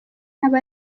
aba